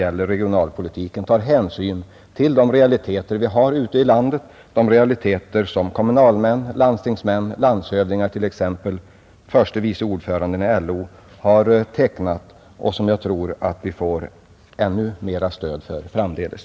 Centerns regionalpolitik tar hänsyn till de realiteter som finns ute i landet, de realiteter som kommunalmän, landstingsmän, landshövdingar — t.ex. förste vice ordföranden i LO — har tecknat och som jag tror vi får ännu mera stöd för framdeles.